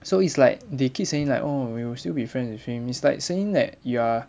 so it's like they keep saying like oh we will still be friends with him it's like saying that you are